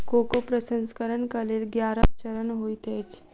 cocoa प्रसंस्करणक लेल ग्यारह चरण होइत अछि